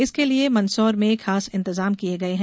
इसके लिये मंदसौर में खास इंतजाम किये गये हैं